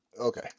Okay